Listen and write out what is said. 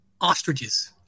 ostriches